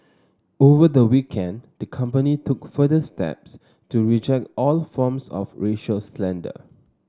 over the weekend the company took further steps to reject all forms of racial slander